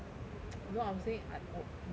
no I was saying I oh 你懂不懂